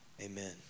Amen